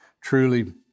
truly